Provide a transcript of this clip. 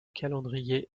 calendrier